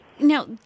Now